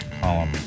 column